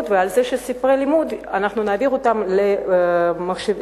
ועל כך שספרי לימוד יעברו ויהיו במחשבים,